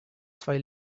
zwei